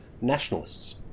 nationalists